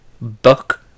book